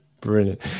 Brilliant